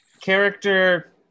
character